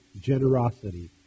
generosity